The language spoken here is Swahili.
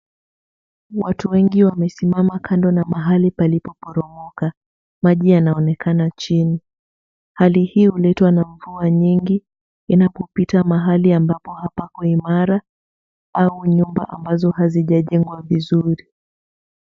Watu wengi wamesimama kando na mahali palipoporomoka, maji yanaonekana chini. Hali hii huletwa na mvua nyingi inapopita mahali ambapo hapako imara au nyumba ambazo hazijajengwa vizuri.